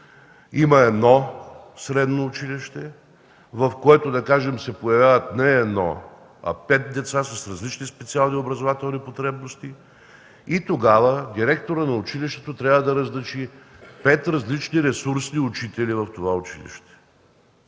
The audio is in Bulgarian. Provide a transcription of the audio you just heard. има едно средно училище, в което се появяват не едно, а пет деца с различни специални образователни потребности. Тогава директорът на училището трябва да назначи пет различни ресурсни учители в това училище.